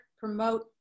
promote